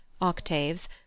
octaves